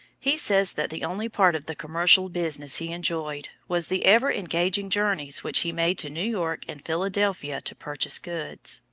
he says that the only part of the commercial business he enjoyed was the ever engaging journeys which he made to new york and philadelphia to purchase goods.